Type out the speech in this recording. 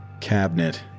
cabinet